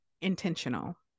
intentional